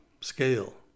scale